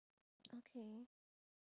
okay